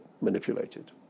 manipulated